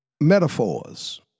metaphors